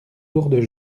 lourdes